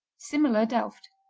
similar delft.